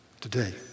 Today